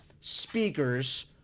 speakers